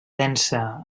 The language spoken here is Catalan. densa